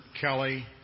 Kelly